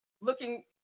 looking